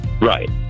Right